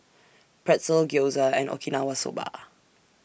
Pretzel Gyoza and Okinawa Soba